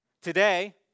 Today